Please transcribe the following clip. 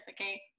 okay